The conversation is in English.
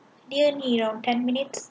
near me lah ten minutes